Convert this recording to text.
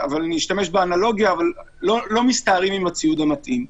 אבל לא מסתערים עם הציוד המתאים.